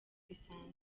bisanzwe